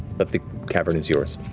but the cavern is yours.